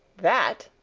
that,